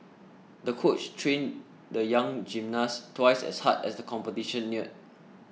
the coach trained the young gymnast twice as hard as the competition neared